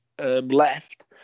left